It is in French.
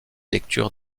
lecture